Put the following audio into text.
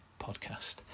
podcast